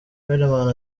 riderman